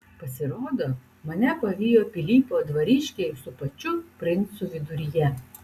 pasirodo mane pavijo pilypo dvariškiai su pačiu princu viduryje